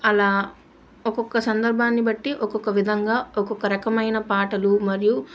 అలా ఒక్కొక్క సందర్భాన్ని బట్టి ఒక్కొక్క విధంగా ఒక్కొక్క రకమైన పాటలు మరియు